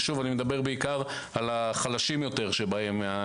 ואני מדבר בעיקר על החלשים שבהם,